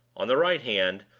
on the right hand,